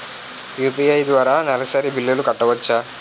UPI ద్వారా నెలసరి బిల్లులు కట్టవచ్చా?